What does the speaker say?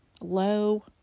Low